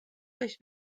durch